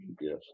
Yes